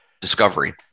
Discovery